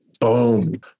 Boom